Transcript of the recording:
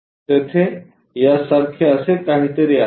तेथे यासारखे असे काहीतरी आहे